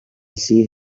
see